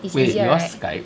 wait you all skype